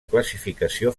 classificació